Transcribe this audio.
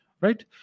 right